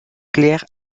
clair